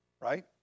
Right